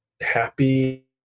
happy